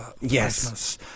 Yes